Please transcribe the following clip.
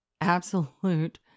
Absolute